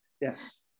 yes